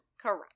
Correct